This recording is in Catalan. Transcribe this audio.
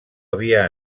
havia